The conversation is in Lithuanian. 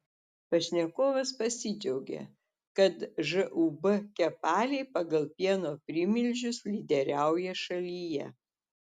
pašnekovas pasidžiaugė kad žūb kepaliai pagal pieno primilžius lyderiauja šalyje